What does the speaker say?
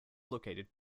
located